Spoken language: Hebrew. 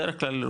בדרך כלל,